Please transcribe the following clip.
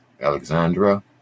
Alexandra